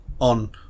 on